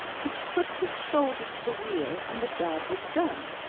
to put his shoulder to the wheel and the job was done.